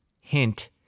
Hint